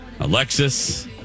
Alexis